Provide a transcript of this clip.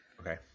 Okay